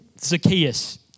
Zacchaeus